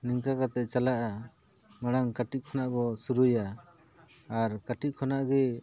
ᱱᱤᱝᱠᱟ ᱠᱟᱛᱮ ᱪᱟᱞᱟᱜᱼᱟ ᱢᱟᱲᱟᱝ ᱠᱟᱴᱤᱡ ᱠᱷᱚᱱᱟᱜ ᱵᱚ ᱥᱩᱨᱩᱭᱟ ᱟᱨ ᱠᱟᱹᱴᱤᱡ ᱠᱷᱚᱱᱟᱜ ᱜᱮ